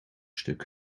stuk